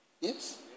Yes